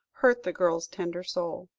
hurt the girl's tender soul.